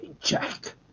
Jack